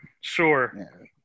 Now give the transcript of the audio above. Sure